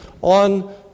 on